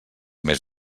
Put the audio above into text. més